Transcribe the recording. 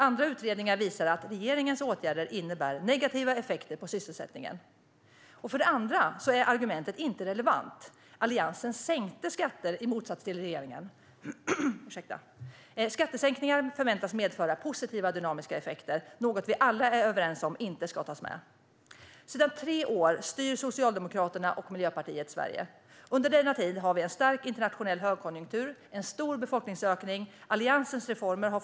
Andra utredningar visar att regeringens åtgärder innebär negativa effekter på sysselsättningen. För det andra är argumentet inte relevant. Alliansen sänkte skatter i motsats till regeringen. Skattesänkningar förväntas medföra positiva dynamiska effekter, något vi alla är överens om inte ska tas med. Sedan tre år tillbaka styr Socialdemokraterna och Miljöpartiet Sverige. Under denna tid har vi haft en stark internationell högkonjunktur, en stor befolkningsökning och historiskt låga räntor.